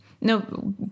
no